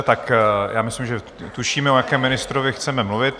Tak myslím, že tušíme, o jakém ministrovi chceme mluvit.